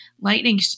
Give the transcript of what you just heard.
lightning